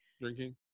drinking